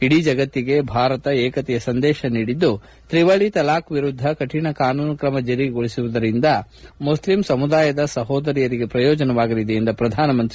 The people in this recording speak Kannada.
ಇಡೀ ಜಗತ್ತಿಗೆ ಭಾರತ ಏಕತೆಯ ಸಂದೇಶ ನೀಡಿದ್ದು ತ್ರಿವಳಿ ತಲಾಕ್ ಎರುದ್ಧ ಕರಿಣ ಕಾನೂನು ಜಾರಿಗೊಳಿಸಿರುವುದರಿಂದ ಮುಸ್ಲಿಂ ಸಮುದಾಯದ ಸಮೋದರಿಯರಿಗೆ ಪ್ರಯೋಜನವಾಗಲಿದೆ ಎಂದ ಪ್ರಧಾನಮಂತ್ರಿ